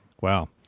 Wow